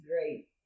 great